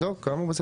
כאמור.